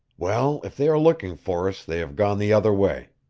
well, if they are looking for us they have gone the other way.